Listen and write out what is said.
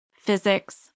physics